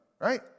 Right